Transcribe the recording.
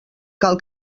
cal